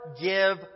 give